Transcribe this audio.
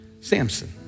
Samson